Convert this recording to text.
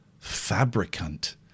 Fabricant